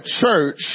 church